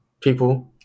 people